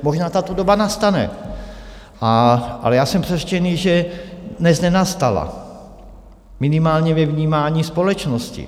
Možná tato doba nastane, ale já jsem přesvědčený, že dnes nenastala, minimálně ve vnímání společnosti.